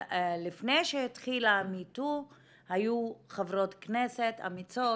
לפני שהתחילה מהפכת ה-Me too היו חברות כנסת אמיצות